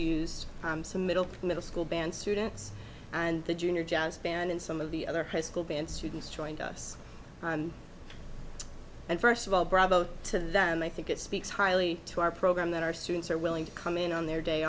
use some middle middle school band students and the junior jazz band and some of the other high school band students joined us and first of all bravo to them i think it speaks highly to our program that our students are willing to come in on their day